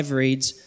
reads